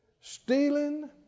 stealing